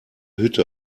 hütte